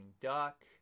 Duck